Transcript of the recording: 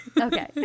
Okay